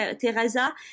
teresa